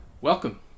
Welcome